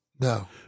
No